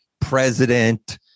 president